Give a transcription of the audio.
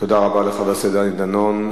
תודה רבה לחבר הכנסת דני דנון.